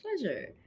pleasure